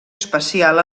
especial